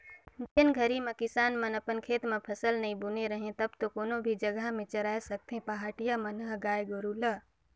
जेन घरी में किसान मन अपन खेत म फसल नइ बुने रहें तब तो कोनो भी जघा में चराय सकथें पहाटिया मन ह गाय गोरु ल